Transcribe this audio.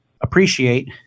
appreciate